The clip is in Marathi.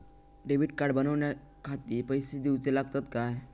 डेबिट कार्ड बनवण्याखाती पैसे दिऊचे लागतात काय?